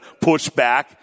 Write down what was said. pushback